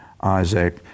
Isaac